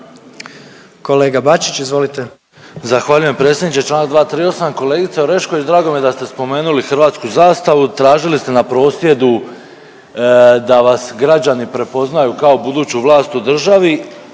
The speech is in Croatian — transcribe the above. **Bačić, Ante (HDZ)** Zahvaljujem predsjedniče. Članak 238., kolegice Orešković drago mi je da ste spomenuli hrvatsku zastavu, tražili ste na prosvjedu da vas građani prepoznaju kao buduću vlast u državi.